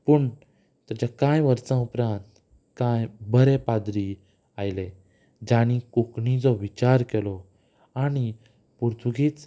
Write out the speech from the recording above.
पूण ताचे कांय वर्सां उपरांत कांय बरे पाद्री आयले जाणीं कोंकणीचो विचार केलो आनी पुर्तुगेज